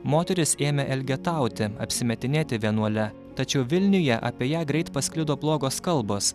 moteris ėmė elgetauti apsimetinėti vienuole tačiau vilniuje apie ją greit pasklido blogos kalbos